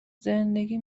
زندگی